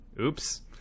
oops